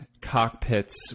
cockpits